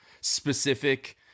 specific